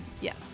Yes